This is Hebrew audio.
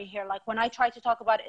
כשאני מנסה לדבר על ישראל,